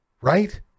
Right